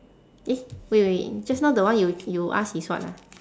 eh wait wait just now the one you you ask is what ah